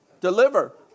deliver